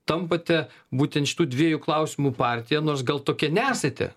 tampate būtent šitų dviejų klausimų partija nors gal tokia nesate